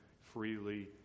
freely